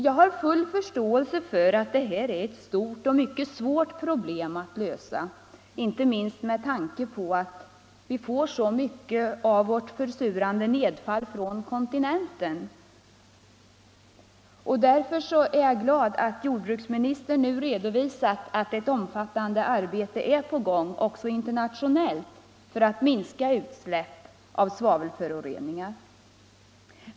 Jag har full förståelse för att detta problem är både stort och mycket svårt att lösa, inte minst med tanke på att så mycket av vårt försurande 37 nedfall kommer från kontinenten. Därför är jag glad för att jordbruksministern nu redovisat att ett omfattande arbete är på gång, också internationellt, för att minska utsläppen av svavelföroreningar.